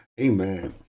Amen